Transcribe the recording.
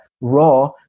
raw